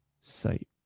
sight